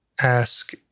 ask